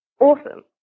Awesome